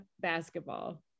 basketball